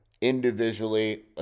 individually